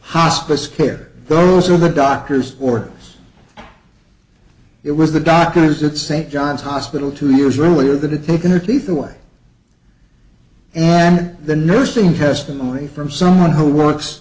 hospice care those are the doctor's orders it was the doctors at st john's hospital two years earlier that had taken her teeth away and the nursing testimony from someone who works